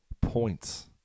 points